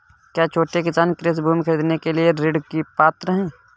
क्या छोटे किसान कृषि भूमि खरीदने के लिए ऋण के पात्र हैं?